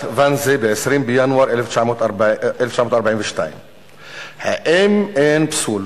ואנזה ב-20 בינואר 1942. "האם אין פסול",